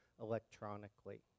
electronically